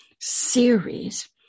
series